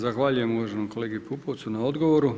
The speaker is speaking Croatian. Zahvaljujem uvaženom kolegi Pupovcu na odgovoru.